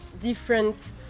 different